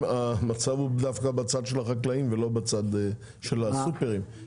המצב הוא דווקא בצד של החקלאים ולא בצד של הסופרים.